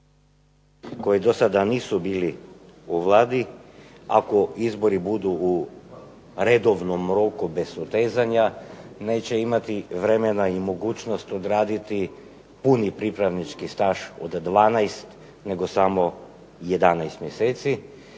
koji do sada nisu bili u Vladi, ako izbori budu u redovnom roku bez sustezanja, neće imati vremena i mogućnost odraditi puni pripravnički staž od 12 nego samo 11 mjeseci.